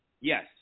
Yes